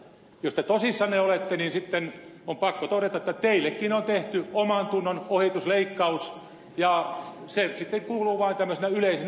jos te tosissanne olette niin sitten on pakko todeta että teillekin on tehty omantunnon ohitusleikkaus ja se sitten kuuluu vain tämmöisenä yleisenä puheena